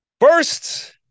First